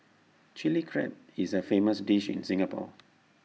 Chilli Crab is A famous dish in Singapore